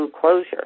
closure